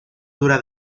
dura